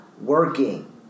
working